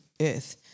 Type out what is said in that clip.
earth